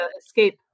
escape